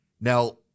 Now